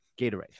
Gatorade